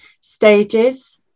stages